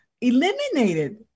eliminated